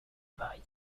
paris